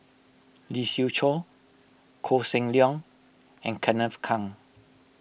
Lee Siew Choh Koh Seng Leong and Kenneth Keng